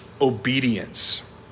obedience